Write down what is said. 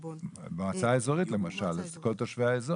במועצה אזורית, למשל כל תושבי האזור.